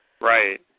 Right